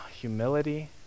humility